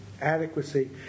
adequacy